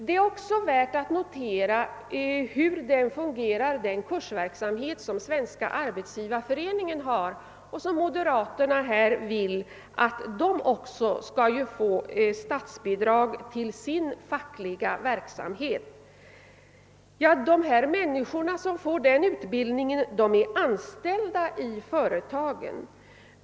Det är också värt att notera hur den kursverksamhet fungerar som Svenska arbetsgivareföreningen bedriver och som moderaterna också vill lämna statsbidrag till. Deltagarna är anställda i företagen.